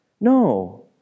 No